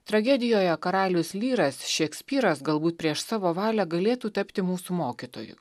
tragedijoje karalius lyras šekspyras galbūt prieš savo valią galėtų tapti mūsų mokytoju